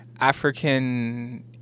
african